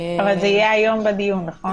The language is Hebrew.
אבל זה יהיה היום בדיון, נכון?